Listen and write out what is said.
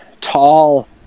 tall